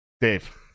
Dave